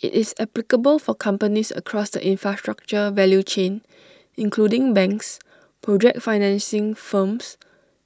IT is applicable for companies across the infrastructure value chain including banks project financing firms